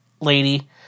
lady